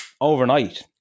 overnight